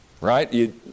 Right